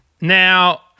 Now